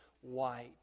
white